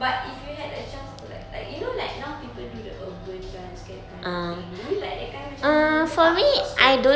but if you had a chance to like like you know like now people do the urban dance get kind of thing maybe like that kind macam gempak pun apa